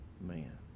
Man